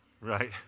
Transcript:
right